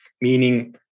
meaning